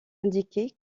indiquées